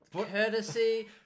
Courtesy